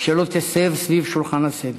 שלא תסב סביב שולחן הסדר.